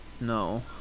no